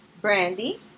Brandy